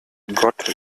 gott